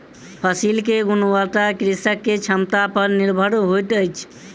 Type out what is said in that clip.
फसिल के गुणवत्ता कृषक के क्षमता पर निर्भर होइत अछि